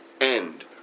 end